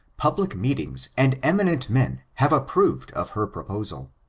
public meetings and eminent men have approved of her proposal.